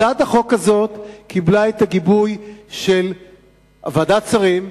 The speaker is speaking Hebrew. הצעת החוק הזאת קיבלה את הגיבוי של ועדת השרים.